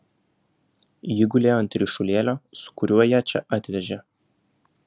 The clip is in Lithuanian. ji gulėjo ant ryšulėlio su kuriuo ją čia atvežė